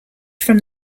from